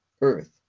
earth